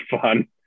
fun